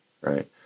right